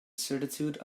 certitude